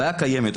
הבעיה קיימת.